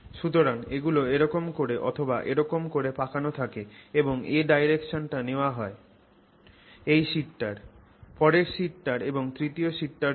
সুতরাং এগুলো এরকম করে অথবা এরকম করে পাকানো থাকে এবং a ডাইরেকশন টা নেওয়া হয়েছে এই শিটটার পরের শিটটার এবং তৃতীয় শিটটার জন্য